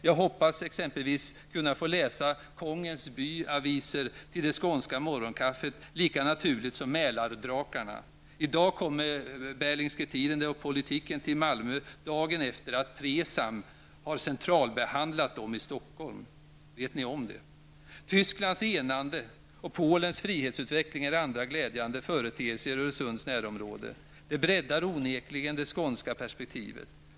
Jag hoppas exempelvis kunna få läsa kongens by-aviser lika naturligt som Mälardrakarna till det skånska morgonkaffet; i dag kommer Berlingske Tidende och Politiken till Malmö dagen efter att Presam har centralbehandlat dem i Stockholm. Vet ni om det? Tysklands enande och Polens frihetsutveckling är andra glädjande företeelser i Öresunds närområde. Det breddar onekligen det skånska perspektivet.